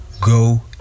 go